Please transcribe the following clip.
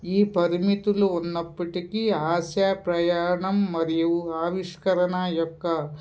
ఈ పరిమితులు ఉన్నప్పటికీ ఆస్యా ప్రయాణం మరియు ఆవిష్కరణ యొక్క